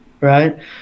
Right